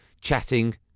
chatting